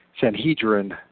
Sanhedrin